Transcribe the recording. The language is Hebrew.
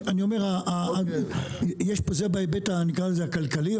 אני אומר, אם יש פה, זה בהיבט נקרא לזה הכלכלי.